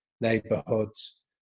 neighborhoods